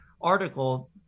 article